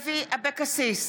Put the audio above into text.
אבקסיס,